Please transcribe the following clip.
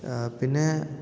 പിന്നെ